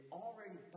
already